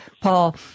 Paul